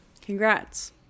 congrats